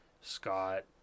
scott